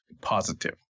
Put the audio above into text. positive